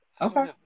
Okay